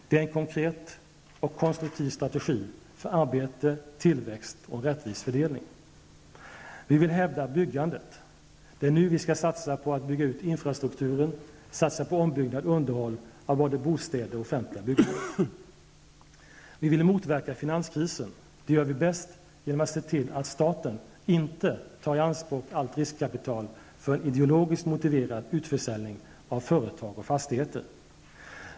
Det är en konkret och konstruktiv strategi för arbete, tillväxt och en rättvis fördelning. Vi väl hävda byggandet. Det är nu vi skall satsa på att bygga ut infastrukturen och satsa på ombyggnad och underhåll av både bostäder och offentliga byggnader. Vi vill motverka finanskrisen, det gör vi bäst genom att se till att staten inte tar i anspråk allt riskkapital från ideologiskt motiverad utförsäljning av företag och fastigheter.